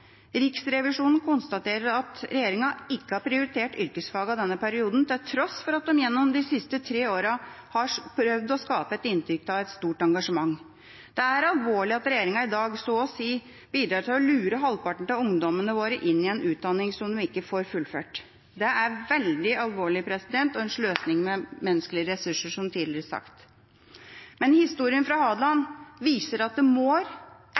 Riksrevisjonen konstaterer at regjeringa ikke har prioritert yrkesfagene denne perioden, til tross for at den gjennom de tre siste årene har prøvd å skape et inntrykk av et stort engasjement. Det er alvorlig at regjeringa i dag så å si bidrar til å lure halvparten av ungdommene våre inn i en utdanning som de ikke får fullført. Det er veldig alvorlig og en sløsing med menneskelige ressurser, som tidligere sagt. Historien fra Hadeland viser at det